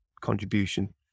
contribution